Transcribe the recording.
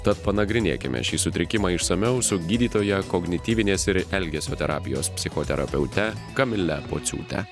tad panagrinėkime šį sutrikimą išsamiau su gydytoja kognityvinės ir elgesio terapijos psichoterapeute kamile pociūte